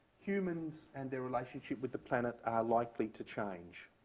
humans and their relationship with the planet are likely to change.